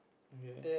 okay